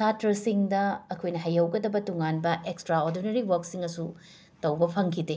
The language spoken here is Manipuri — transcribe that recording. ꯁꯥꯇ꯭ꯔꯁꯤꯡꯗ ꯑꯩꯈꯣꯏꯅ ꯍꯩꯍꯧꯒꯗꯕ ꯇꯣꯉꯥꯟꯕ ꯑꯦꯛꯁꯇ꯭ꯔꯥ ꯑꯣꯔꯗꯤꯅꯔꯤ ꯋꯔꯛꯁꯤꯡꯁꯨ ꯇꯧꯕ ꯐꯪꯈꯤꯗꯦ